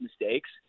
mistakes